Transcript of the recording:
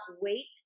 wait